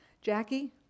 Jackie